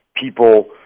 people